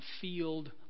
field